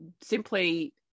simply